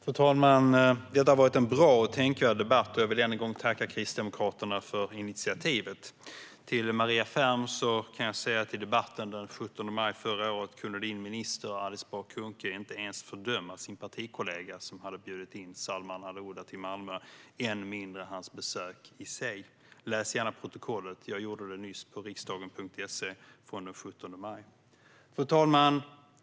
Fru talman! Det har varit en bra och tänkvärd debatt. Jag vill än en gång tacka Kristdemokraterna för initiativet. Till Maria Ferm vill jag säga att i debatten den 17 maj förra året kunde kulturminister Alice Bah Kuhnke inte ens fördöma sin partikollega som hade bjudit in Salman al-Ouda till Malmö, än mindre hans besök i sig. Läs gärna protokollet från den 17 maj! Jag gjorde det nyss på riksdagen.se. Fru talman!